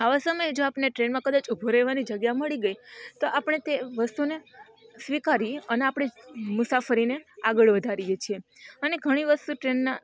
આવા સમયે જો આપણે ટ્રેનમાં કદાચ ઊભું રહેવાની જગ્યા મળી ગઈ તો આપણે તે વસ્તુને સ્વીકારીએ અને આપણે મુસાફરીને આગળ વધારીએ છીએ અને ઘણી વસ્તુ ટ્રેનના